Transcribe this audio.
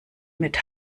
mit